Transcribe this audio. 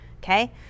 okay